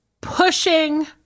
pushing